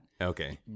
Okay